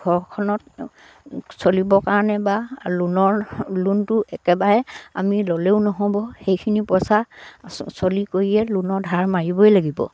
ঘৰখনত চলিবৰ কাৰণে বা লোনৰ লোনটো একেবাৰে আমি ল'লেও নহ'ব সেইখিনি পইচা চলি কৰিয়ে লোনৰ ধাৰ মাৰিবই লাগিব